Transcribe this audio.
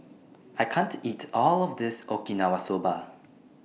I can't eat All of This Okinawa Soba